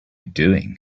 doing